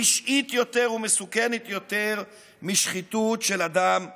רשעית יותר ומסוכנת יותר משחיתות של אדם אחד.